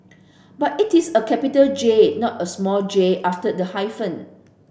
but it is a capital J not a small J after the hyphen